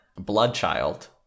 Bloodchild